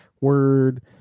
word